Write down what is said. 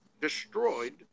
destroyed